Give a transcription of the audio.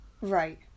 Right